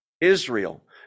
Israel